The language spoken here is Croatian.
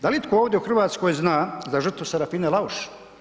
Da li itko ovdje u Hrvatskoj zna za žrtvu Sarafine Lauš?